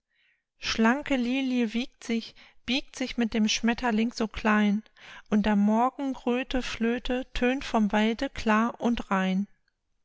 schlanke lilie wiegt sich biegt sich mit dem schmetterling so klein und der morgenröthe flöte tönt vom walde klar und rein